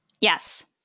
yes